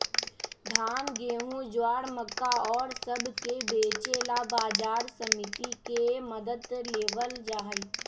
धान, गेहूं, ज्वार, मक्का और सब के बेचे ला बाजार समिति के मदद लेवल जाहई